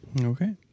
Okay